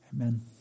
Amen